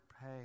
pay